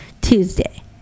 tuesday